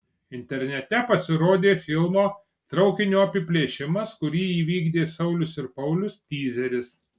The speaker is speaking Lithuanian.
internete pasirodė filmo traukinio apiplėšimas kurį įvykdė saulius ir paulius tyzeris